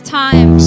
time